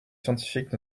scientifiques